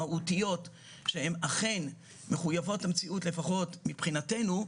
מהותיות שהן אכן מחויבות המציאות לפחות מבחינתנו,